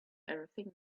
everything